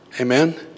Amen